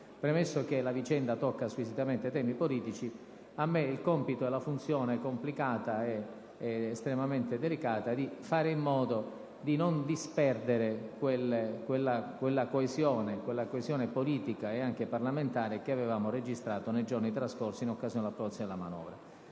premesso che la vicenda tocca temi squisitamente politici, a me sta il compito e la funzione, complicata ed estremamente delicata, di fare in modo di non disperdere quella coesione politica e parlamentare che abbiamo registrato nei giorni trascorsi in occasione dell'approvazione della manovra.